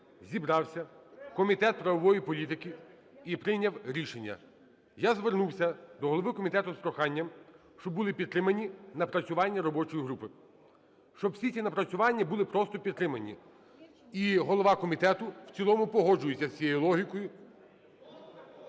зібрався Комітет правової політики і прийняв рішення. Я звернувся до голови комітету з проханням, щоб були підтримані напрацювання робочої групи, щоб всі ці напрацювання були просто підтримані і голова комітету в цілому погоджується з цією логікою.